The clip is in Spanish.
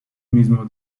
mismo